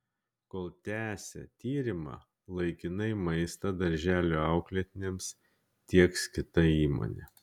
kol tęsia tyrimą laikinai maistą darželių auklėtiniams tieks kita įmonė